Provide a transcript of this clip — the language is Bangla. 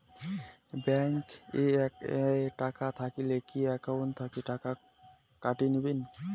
ব্যাংক এ টাকা থাকিলে কি একাউন্ট থাকি টাকা কাটি নিবেন?